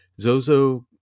Zozo